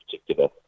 particular